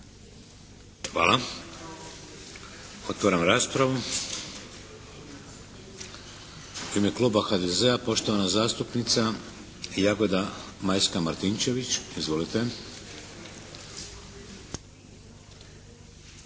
Hvala. Otvaram raspravu. U ime kluba HDZ-a poštovana zastupnica Jagoda Majska Martinčević. Izvolite.